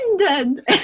London